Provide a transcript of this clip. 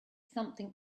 something